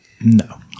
No